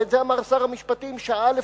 ואת זה אמר שעה לפניך,